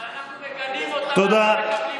אבל אנחנו מגנים אותם, תודה.